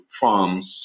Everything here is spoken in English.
farms